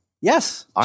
Yes